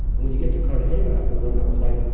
and when you get the cartagena after eleven hour flight,